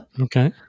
Okay